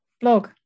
blog